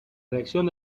reacción